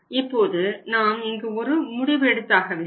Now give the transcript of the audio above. இப்போது நாம் இங்கு ஒரு முடிவு எடுத்தாக வேண்டும்